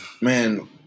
Man